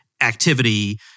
activity